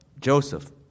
Joseph